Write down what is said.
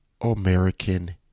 American